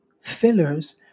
fillers